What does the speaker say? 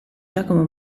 giacomo